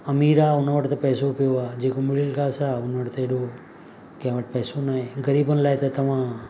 अमीरु आहे उन वटि पैसो पियो आहे जेको मिडिल क्लास आहे उन वटि त एॾो कंहिं वटि पैसो न आहे ग़रीबनि लाइ त तव्हां